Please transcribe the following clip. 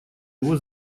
его